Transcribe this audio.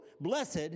blessed